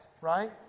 right